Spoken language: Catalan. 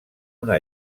una